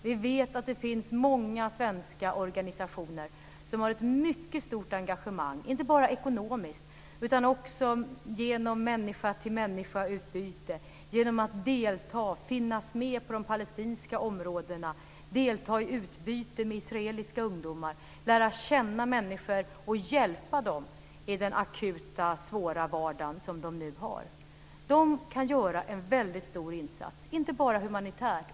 Vi vet att det finns många svenska organisationer som har ett mycket stort engagemang, inte bara ekonomiskt utan också genom människa-till-människa-utbyte, genom att delta och finnas med på de palestinska områdena, delta i utbyte med israeliska ungdomar, lära känna människor och hjälpa dem i den akuta och svåra vardagen som de nu har. De kan göra en väldigt stor insats, inte bara humanitärt.